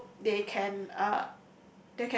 so they can uh